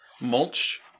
Mulch